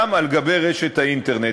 גם באינטרנט.